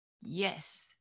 yes